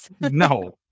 No